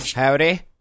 Howdy